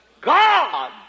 God